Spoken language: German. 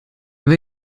wer